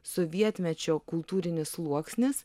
sovietmečio kultūrinis sluoksnis